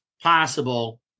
Possible